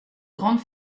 grande